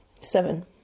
Seven